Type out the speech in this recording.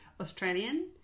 Australian